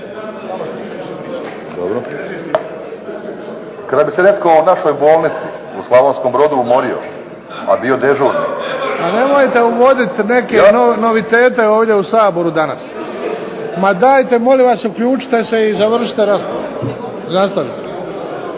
Kada bi se netko u našoj bolnici u Slavonskom Brodu umorio, a bio dežuran. **Bebić, Luka (HDZ)** A nemojte uvoditi neke novitete ovdje u Saboru danas. Ma dajte molim vas uključite se i završite raspravu. Nastavite.